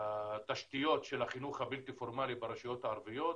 בתשתיות של החינוך הבלתי פורמלי ברשויות הערביות.